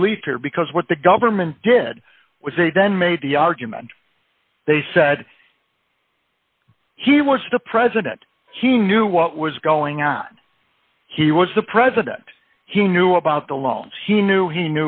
relief here because what the government did was they then made the argument they said he was the president he knew what was going on he was the president he knew about the loans he knew he